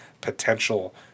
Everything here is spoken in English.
potential